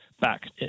back